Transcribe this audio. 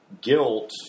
Guilt